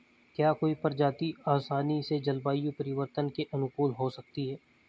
क्या कोई प्रजाति आसानी से जलवायु परिवर्तन के अनुकूल हो सकती है?